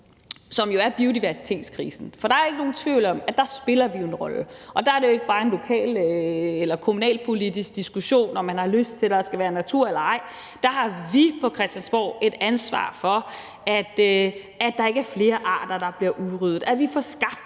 som jo er biodiversitetskrisen, er der ingen tvivl om, at der spiller vi jo en rolle. Der er det ikke bare en kommunalpolitisk diskussion, om man har lyst til, at der skal være natur eller ej; der har vi på Christiansborg et ansvar for, at der ikke er flere arter, der bliver udryddet, at vi får skabt